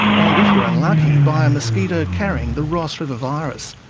and, if you're unlucky, by a mosquito carrying the ross river virus.